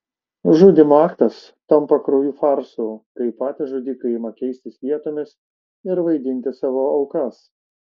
žudymo aktas tampa kraupiu farsu kai patys žudikai ima keistis vietomis ir vaidinti savo aukas